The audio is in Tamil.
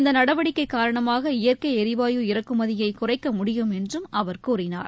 இந்த நடவடிக்கை காரணமாக இயற்கை எரிவாயு இறக்குமதியை குறைக்க முடியும் என்றும் அவர் கூறினார்